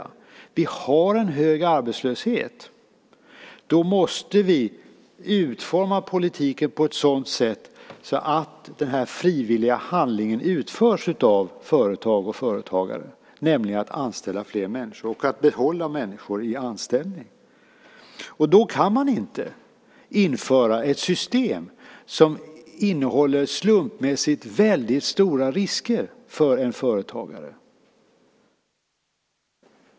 Och vi har en hög arbetslöshet. Då måste vi utforma politiken på ett sådant sätt att denna frivilliga handling utförs av företag och företagare, nämligen att anställa fler människor och att behålla människor i anställning. Då kan man inte införa ett system som innehåller slumpmässigt väldigt stora risker för en företagare.